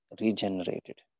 regenerated